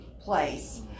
place